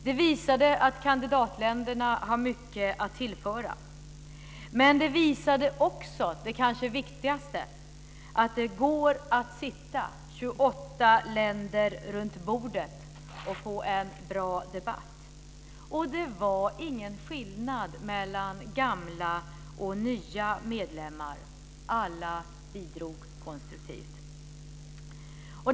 Det visade att kandidatländerna har mycket att tillföra, men det visade också det kanske viktigaste, dvs. att det går att vara 28 länder runt bordet och få en bra debatt. Det var ingen skillnad mellan gamla och nya medlemmar. Alla bidrog konstruktivt.